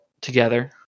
together